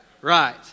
Right